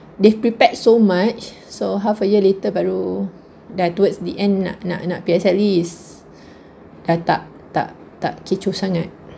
they've prepared so much so half a year later baru dah towards the end nak nak nak P_S_R_E dah tak tak tak kecoh sangat